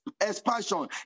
expansion